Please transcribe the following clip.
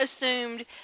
assumed